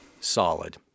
solid